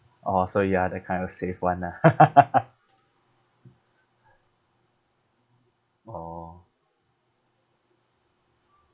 orh so you are the kind who save [one] ah orh